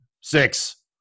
six